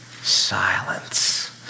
silence